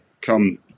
come